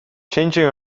changing